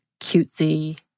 cutesy